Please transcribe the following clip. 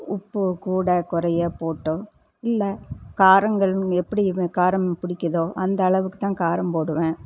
உப்பு கூட குறைய போட்டோ இல்லை காரங்களும் எப்படி காரம் பிடிக்கிதோ அந்த அளவுக்கு தான் காரம் போடுவேன்